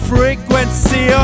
Frequency